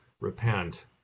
repent